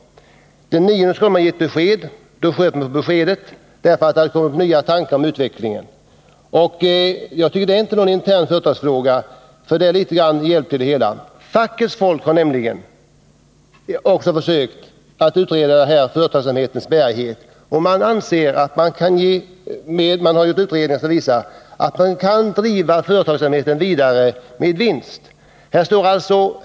Den 9 januari skulle de anställda ha fått besked, men man sköt på beskedet därför att det hade kommit fram nya tankar om utvecklingen. Jag tycker inte att det här är någon intern fråga för företaget. Fackets folk har också försökt att utreda verksamhetens bärighet, och utredningen visar att företaget kan drivas vidare med vinst.